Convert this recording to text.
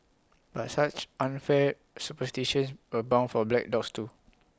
but such unfair superstitions abound for black dogs too